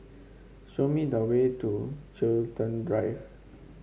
show me the way to Chiltern Drive